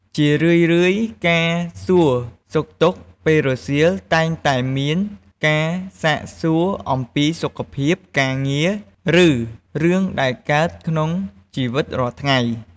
ជារឿយៗ ការសួរសុខទុក្ខពេលរសៀល តែងតែមានការសាកសួរអំពីសុខភាព ការងារ ឬរឿងដែលកើតក្នុងជីវិតរាល់ថ្ងៃ។